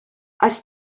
als